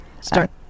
Start